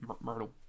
Myrtle